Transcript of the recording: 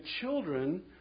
children